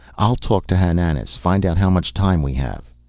i'll talk to hananas, find out how much time we have.